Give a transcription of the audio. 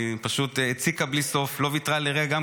פשוט הציקה בלי סוף, לא ויתרה לרגע.